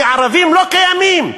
כי ערבים לא קיימים.